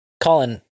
Colin